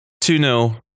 2-0